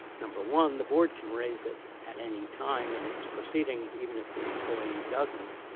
number one, the board can raise it at any time in its proceedings even if the employee doesn't.